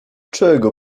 czego